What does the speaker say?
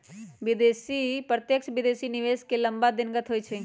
प्रत्यक्ष विदेशी निवेश लम्मा दिनगत होइ छइ